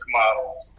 models